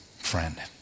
friend